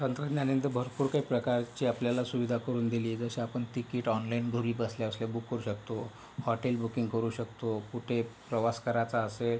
तंत्रज्ञानाने तर भरपूर काही प्रकारची आपल्याला सुविधा करून दिली आहे जसं आपण तिकीट ऑनलाईन घरी बसल्याबसल्या बुक करू शकतो हॉटेल बुकिंग करू शकतो कुठे प्रवास करायचा असेल